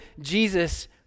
Jesus